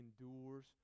endures